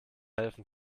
helfen